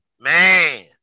Man